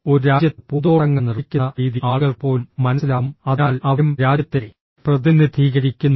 ഒരു രാജ്യത്ത് പൂന്തോട്ടങ്ങൾ നിർമ്മിക്കുന്ന രീതി ആളുകൾക്ക് പോലും മനസ്സിലാകും അതിനാൽ അവരും രാജ്യത്തെ പ്രതിനിധീകരിക്കുന്നു